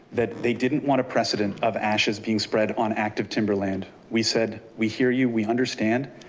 that they didn't want a precedent of ashes being spread on active timber land, we said, we hear you, we understand,